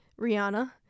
Rihanna